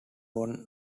won